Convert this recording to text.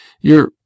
You're—